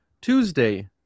tuesday